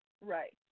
Right